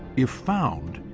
if found,